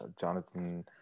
jonathan